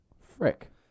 Frick